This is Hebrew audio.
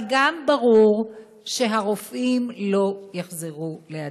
אבל גם ברור שהרופאים לא יחזרו להדסה.